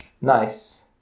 nice